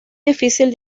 difícil